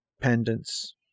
pendants